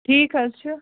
ٹھیٖک حظ چھُ